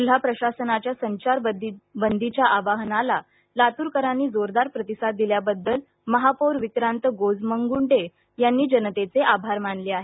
जिल्हा प्रशासनाच्या संचारबंदीच्या आवाहनाला लातूरकरांनी जोरदार प्रतिसाद दिल्याबद्दल महापौर विक्रांत गोजमगुंडे यांनी जनतेचे आभार मानले आहेत